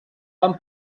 van